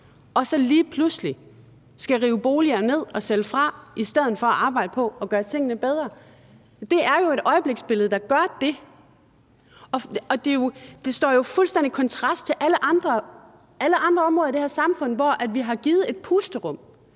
og så lige pludselig skal rive boliger ned og sælge fra i stedet for at arbejde på at gøre tingene bedre. Det er jo et øjebliksbillede, der gør det, og det står fuldstændig i kontrast til alle andre områder i det her samfund, hvor vi har givet et pusterum.